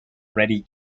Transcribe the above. reddy